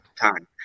time